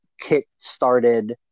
kick-started